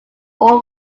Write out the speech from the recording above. all